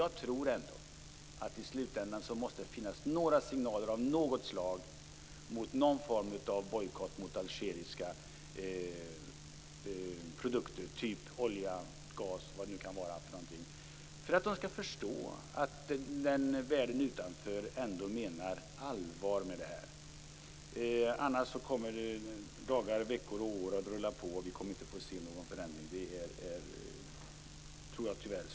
Jag tror att det i slutändan måste finnas några signaler för någon form av bojkott av algeriska produkter, t.ex. olja, gas eller vad det nu kan vara för något, för att de skall förstå att världen utanför menar allvar. I annat fall kommer dagar, veckor och år att rulla på utan att vi kommer att få se någon förändring. Jag tror tyvärr att det är så.